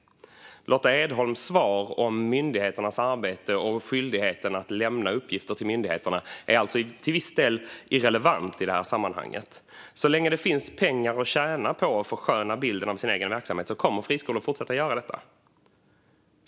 Lotta Edholms svar om myndigheternas arbete och skyldigheten att lämna uppgifter till myndigheterna är alltså till viss del irrelevant i detta sammanhang. Så länge det finns pengar att tjäna på att försköna bilden av sin egen verksamhet kommer friskolor att fortsätta göra det.